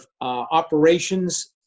operations